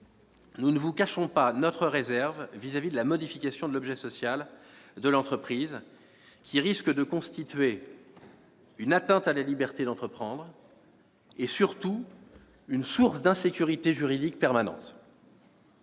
nous ne vous cachons pas notre réserve à l'égard de la modification de l'objet social de l'entreprise, qui risque de constituer une atteinte à la liberté d'entreprendre et, surtout, une source d'insécurité juridique permanente.